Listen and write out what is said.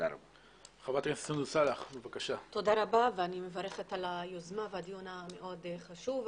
אני מברכת על היוזמה ועל הדיון המאוד חשוב.